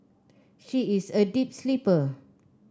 she is a deep sleeper